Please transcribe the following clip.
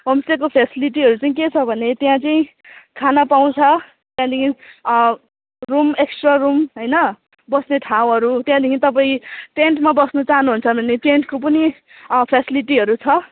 होमस्टेको फेसिलिटीहरू चाहिँ के छ भने त्यहाँ चाहिँ खाना पाउँछ त्यहाँदेखि रुम एकस्ट्रा रुम होइन बस्ने ठाउँहरू त्यहाँदेखि तपाईँ टेन्टमा बस्नु चाहनुहुन्छ भने टेन्टको पनि फेसिलिटीहरू छ